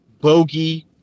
Bogey